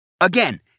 Again